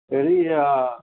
হেৰি আ